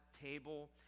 table